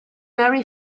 marry